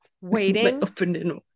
Waiting